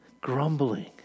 Grumbling